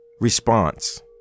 response